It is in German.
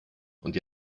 und